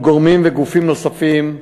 מספר מול גורמים וגופים נוספים: